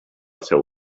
seu